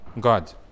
God